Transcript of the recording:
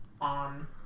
on